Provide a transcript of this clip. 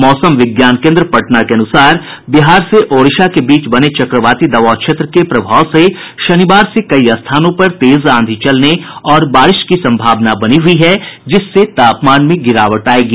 मौसम विज्ञान केन्द्र के अनुसार बिहार से ओडिशा के बीच बने चक्रवाती दवाब क्षेत्र के प्रभाव से शनिवार से कई स्थानों पर तेज आंधी चलने और बारिश की सम्भावना बनी हुई है जिससे तापमान में गिरावट आयेगी